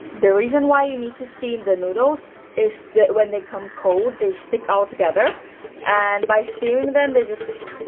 the reason why you need to steam the noodles is that when they come cold they stick all together and by steaming them they just